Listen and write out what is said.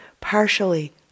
partially